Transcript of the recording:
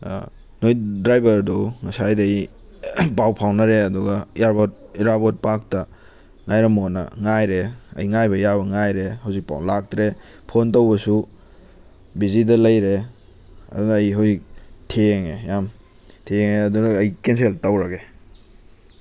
ꯅꯣꯏ ꯗ꯭ꯔꯥꯏꯚꯔꯗꯨ ꯉꯁꯥꯏꯗꯩ ꯄꯥꯎ ꯐꯥꯎꯅꯔꯦ ꯑꯗꯨꯒ ꯏꯔꯥꯕꯣꯠ ꯄꯥꯔꯛꯇ ꯉꯥꯏꯔꯝꯃꯣꯅ ꯉꯥꯏꯔꯦ ꯑꯩ ꯉꯥꯏꯕ ꯌꯥꯕ ꯉꯥꯏꯔꯦ ꯍꯧꯖꯤꯛꯐꯥꯎ ꯂꯥꯛꯇ꯭ꯔꯦ ꯐꯣꯟ ꯇꯧꯕꯁꯨ ꯕꯤꯖꯤꯗ ꯂꯩꯔꯦ ꯑꯗꯨꯅ ꯑꯩ ꯍꯧꯖꯤꯛ ꯊꯦꯡꯉꯦ ꯌꯥꯝ ꯊꯦꯡꯉꯦ ꯑꯗꯨꯅ ꯑꯩ ꯀꯦꯟꯁꯦꯜ ꯇꯧꯔꯒꯦ